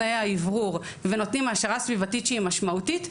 תנאי האוורור ונותנים העשרה סביבתית שהיא משמעותית,